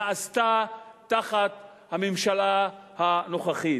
נעשתה תחת הממשלה הנוכחית.